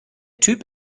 typ